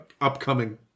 upcoming